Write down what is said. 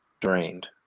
drained